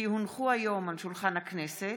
כי יושב-ראש הכנסת,